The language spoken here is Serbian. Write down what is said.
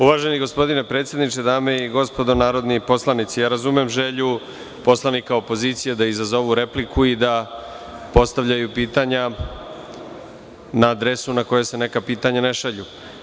Uvaženi gospodine predsedniče, dame i gospodo narodni poslanici, razumem želju poslanika opozicije da izazovu repliku i da postavljaju pitanja na adresu na koja se neka pitanja ne šalju.